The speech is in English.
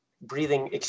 breathing